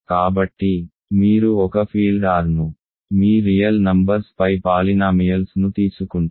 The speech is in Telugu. కాబట్టి మీరు ఒక ఫీల్డ్ R ను మీ రియల్ నంబర్స్ పై పాలినామియల్స్ ను తీసుకుంటారు